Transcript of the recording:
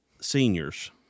seniors